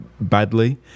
badly